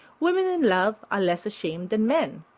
women in love are less ashamed than men.